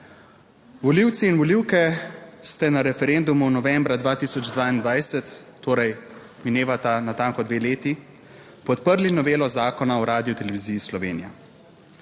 Volivci in volivke ste na referendumu novembra 2022, torej minevata natanko dve leti, podprli novelo Zakona o Radioteleviziji Slovenija.